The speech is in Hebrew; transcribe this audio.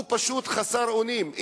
הוא פשוט חסר אונים.